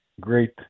great